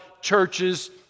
churches